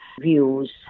views